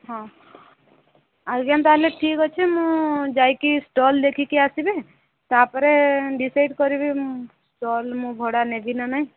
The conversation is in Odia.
ହଁ ଆଉ ଯେନ୍ତା ହେଲେ ଠିକ୍ ଅଛି ମୁଁ ଯାଇକି ଷ୍ଟଲ୍ ଦେଖିକି ଆସିବି ତା'ପରେ ଡିସାଇଡ଼୍ କରିବି ମୁଁ ଷ୍ଟଲ୍ ମୁଁ ଭଡ଼ା ନେବିନା ନାହିଁ